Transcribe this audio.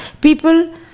People